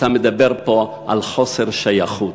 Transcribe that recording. אתה מדבר פה על חוסר שייכות.